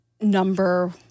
number